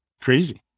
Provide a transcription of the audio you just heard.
crazy